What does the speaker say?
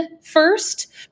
first